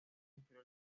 inferior